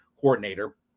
coordinator